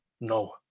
No